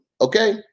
okay